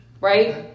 right